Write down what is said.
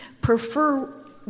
prefer